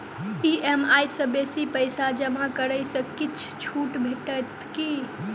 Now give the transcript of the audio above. EMI सँ बेसी पैसा जमा करै सँ किछ छुट भेटत की?